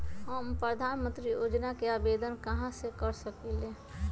हम प्रधानमंत्री योजना के आवेदन कहा से कर सकेली?